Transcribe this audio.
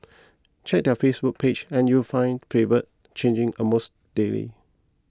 check their Facebook page and you will find flavours changing almost daily